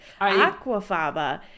Aquafaba